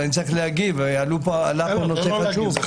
אני צריך להגיב, עלה פה נושא חשוב.